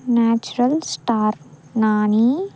natural star Nani